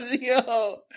Yo